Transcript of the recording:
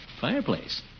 Fireplace